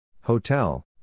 Hotel